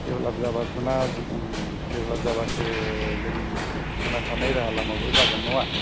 develop जाबासोना जों develop जाबासो जों थांनानै थानायनि राहाबो जागोन नङा